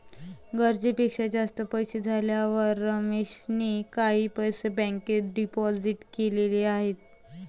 गरजेपेक्षा जास्त पैसे झाल्यावर रमेशने काही पैसे बँकेत डिपोजित केलेले आहेत